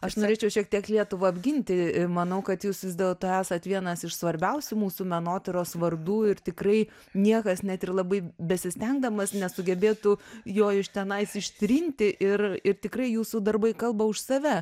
aš norėčiau šiek tiek lietuvą apginti manau kad jūs vis dėlto esat vienas iš svarbiausių mūsų menotyros vardų ir tikrai niekas net ir labai besistengdamas nesugebėtų jo iš tenais ištrinti ir ir tikrai jūsų darbai kalba už save